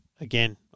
again